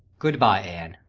good-bye, anne.